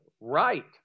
Right